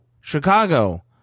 Chicago